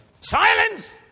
Silence